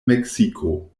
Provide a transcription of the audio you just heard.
meksiko